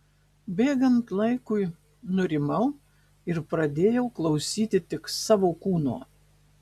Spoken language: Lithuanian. bėgant laikui nurimau ir pradėjau klausyti tik savo kūno